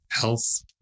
health